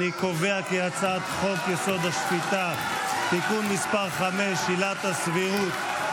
אני קובע כי הצעת חוק-יסוד: השפיטה (תיקון מס' 5) (עילת הסבירות),